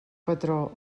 patró